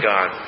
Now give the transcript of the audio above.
God